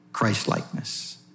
Christlikeness